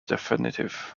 definitive